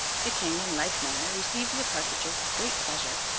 the king, in like manner, received the partridges with great pleasure,